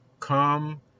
come